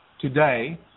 today